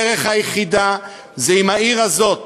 הדרך היחידה היא אם העיר הזאת,